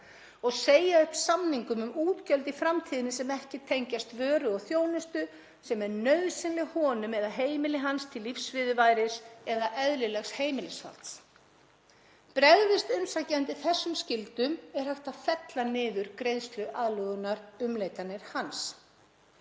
og segja upp samningum um útgjöld í framtíðinni sem ekki tengjast vöru og þjónustu sem er nauðsynleg honum eða heimili hans til lífsviðurværis eða eðlilegs heimilishalds. Bregðist umsækjandi þessum skyldum er hægt að fella niður greiðsluaðlögunarumleitanir hans.